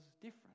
different